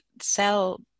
sell